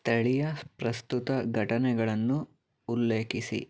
ಸ್ಥಳೀಯ ಪ್ರಸ್ತುತ ಘಟನೆಗಳನ್ನು ಉಲ್ಲೇಖಿಸಿ